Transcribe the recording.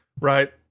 right